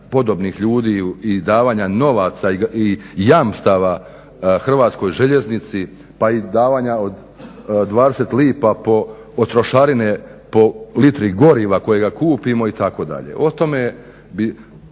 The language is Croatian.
i davanja novaca i jamstava Hrvatskoj željeznici pa i davanja od 20 lipa od trošarine po litri goriva kojega kupimo itd.